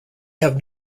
have